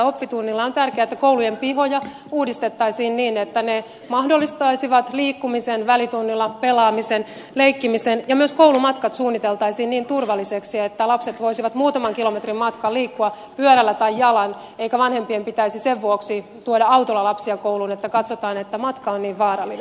on tärkeää että koulujen pihoja uudistettaisiin niin että ne mahdollistaisivat liikkumisen välitunnilla pelaamisen leikkimisen ja myös koulumatka suunniteltaisiin niin turvalliseksi että lapset voisivat muutaman kilometrin matkan liikkua pyörällä tai jalan eikä vanhempien pitäisi sen vuoksi tuoda autolla lapsia kouluun että katsotaan että matka on niin vaarallinen